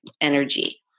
energy